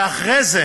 ואחרי זה